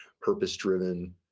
purpose-driven